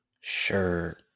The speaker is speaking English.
Sure